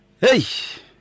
Hey